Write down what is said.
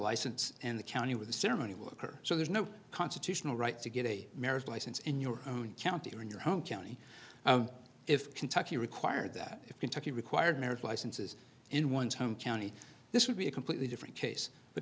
license and the county with a ceremony will occur so there's no constitutional right to get a marriage license in your own county or in your home county if kentucky required that if kentucky required marriage licenses in one's home county this would be a completely different case